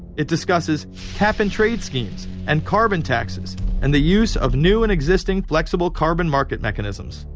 it discusses cap-and-trade schemes and carbon taxes and the use of new and existing flexible carbon market mechanisms.